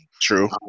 True